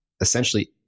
essentially